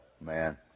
man